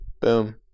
Boom